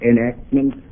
enactment